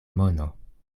mono